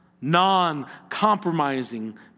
non-compromising